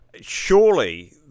Surely